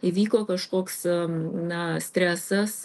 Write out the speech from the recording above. įvyko kažkoks na stresas